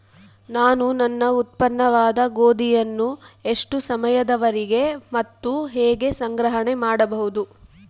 ನಾನು ನನ್ನ ಉತ್ಪನ್ನವಾದ ಗೋಧಿಯನ್ನು ಎಷ್ಟು ಸಮಯದವರೆಗೆ ಮತ್ತು ಹೇಗೆ ಸಂಗ್ರಹಣೆ ಮಾಡಬಹುದು?